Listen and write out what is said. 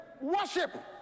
worship